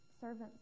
servants